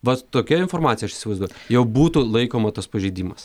vat tokia informacija aš įsivaizduoju jau būtų laikoma tas pažeidimas